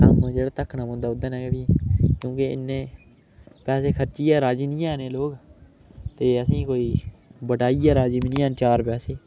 कम्म जेह्ड़ा धक्कना पौंदा ओह्दे कन्नै गै फ्ही क्योंकि इन्ने पैसे खर्चियै राज़ी नेईं हैन एह् लोक ते असेंगी कोई बटाइयै राजी बी नेईं हैन चार पैसे